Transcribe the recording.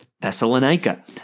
Thessalonica